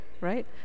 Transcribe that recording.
right